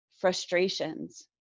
frustrations